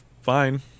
fine